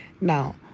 Now